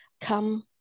come